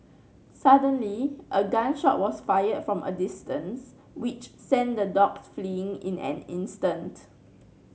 suddenly a gun shot was fired from a distance which sent the dogs fleeing in an instant